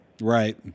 Right